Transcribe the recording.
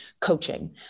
coaching